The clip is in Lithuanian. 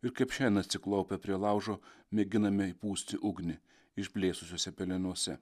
ir kaip šiandien atsiklaupę prie laužo mėginame įpūsti ugnį išblėsusiuose pelenuose